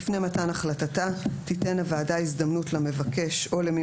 (ה) לפני מתן החלטתה תיתן הוועדה הזדמנות למבקש או למי